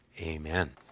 Amen